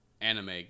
anime